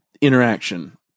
interaction